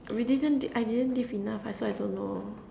we didn't I didn't live enough that's why I don't know